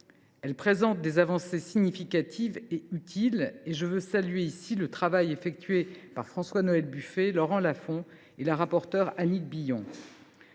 Elle présente des avancées significatives et utiles. Je tiens à saluer le travail effectué par François Noël Buffet, Laurent Lafon et la rapporteure du texte, Annick Billon.